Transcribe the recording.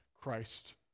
Christ